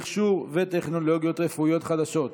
מכשור וטכנולוגיות רפואיות חדשות